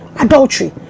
adultery